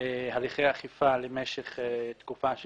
בסוף צריך אישור ממשלה בשביל זה.